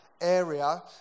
area